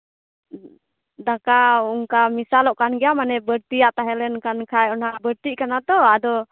ᱫᱟᱠᱟ ᱚᱱᱠᱟ ᱢᱮᱥᱟᱞᱚᱜ ᱠᱟᱱ ᱜᱮᱭᱟ ᱢᱟᱱᱮ ᱵᱟᱹᱲᱛᱤᱭᱟᱜ ᱛᱟᱦᱮᱸ ᱞᱮᱱᱠᱷᱟᱡ ᱚᱱᱟ ᱵᱟᱹᱲᱛᱤᱜ ᱠᱟᱱᱟ ᱛᱚ ᱟᱫᱚ